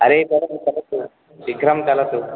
अरे चलतु चलतु शीघ्रं चलतु